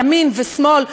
ימין ושמאל.